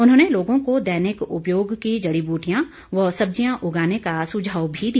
उन्होंने लोगों को दैनिक उपयोग की जड़ी बूटियां व सब्जियां उगाने का सुझाव भी दिया